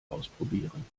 ausprobieren